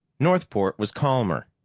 northport was calmer.